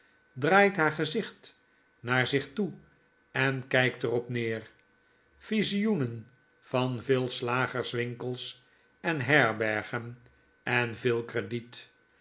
draait haar gezicht naar zich toe en kpt er op neer visioenen van veel slagerswinkels en herbergen en veel krediet